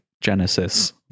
Genesis